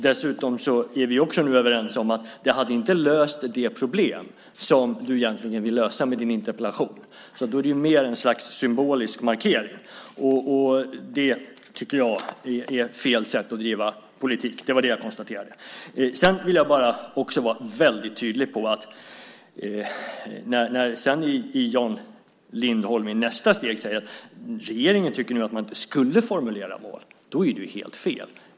Dessutom är vi också överens om att det inte hade löst det problem som du egentligen ville lösa med din interpellation. Det är mer ett slags symbolisk markering. Det tycker jag är fel sätt att driva politik på. Det ville jag bara konstatera. Sedan säger Jan Lindholm i nästa steg att regeringen tycker att man inte skulle formulera mål. Det är helt fel.